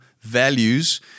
values